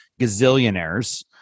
gazillionaires